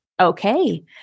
Okay